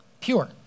pure